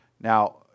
Now